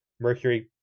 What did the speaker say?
Mercury